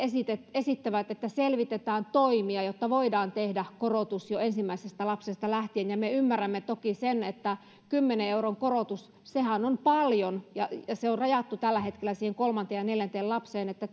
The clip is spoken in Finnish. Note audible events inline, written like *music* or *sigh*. esittävät että selvitetään toimia jotta voidaan tehdä korotus jo ensimmäisestä lapsesta lähtien me ymmärrämme toki sen että kymmenen euron korotus on paljon ja se on rajattu tällä hetkellä siihen kolmanteen ja neljänteen lapseen ja *unintelligible*